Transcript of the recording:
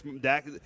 Dak